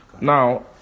Now